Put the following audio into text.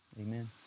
Amen